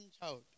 child